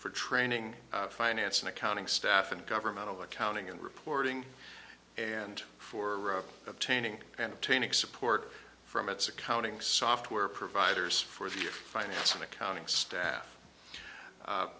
for training finance and accounting staff and governmental accounting and reporting and for obtaining and obtaining support from its accounting software providers for the finance and accounting staff